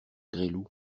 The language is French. gresloup